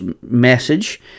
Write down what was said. message